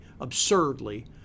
absurdly